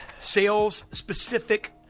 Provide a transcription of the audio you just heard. Sales-specific